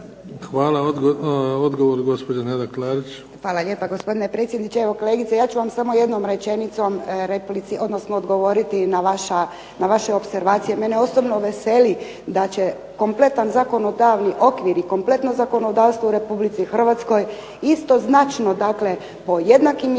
**Klarić, Nedjeljka (HDZ)** Hvala lijepa gospodine predsjedniče. Evo kolegice, ja ću vam samo jednom rečenicom odgovoriti na vaše opservacije. Mene osobno veseli da će kompletan zakonodavni okvir i kompletno zakonodavstvo u Republici Hrvatskoj istoznačno po jednakim mjerilima,